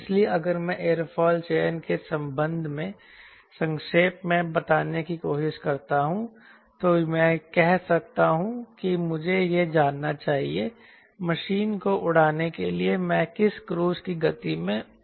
इसलिए अगर मैं एयरफॉइल चयन के संबंध में संक्षेप में बताने की कोशिश करता हूं तो मैं कह सकता हूं कि मुझे यह जानना चाहिए मशीन को उड़ाने के लिए मैं किस क्रूज की गति मैं उड़ रहा हूं